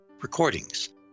recordings